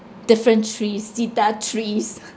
different trees cedar trees